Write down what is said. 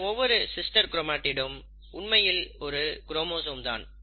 இந்த ஒவ்வொரு சிஸ்டர் க்ரோமாடிட்டும் உண்மையில் ஒரு குரோமோசோம் தான்